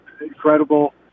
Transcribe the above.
incredible